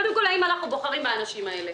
קודם כול, האם אנחנו בוחרים באנשים האלה?